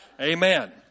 Amen